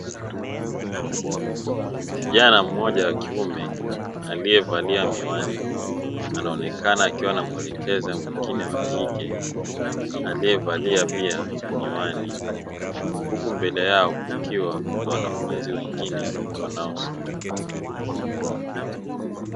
Kijana mmoja wa kiume aliyevalia miwani anaonekana akiwa anamuelekeza mwingine wa kike aliyevalia pia miwani, huku mbele yao kukiwa na wanafunzi wengine wanaosoma.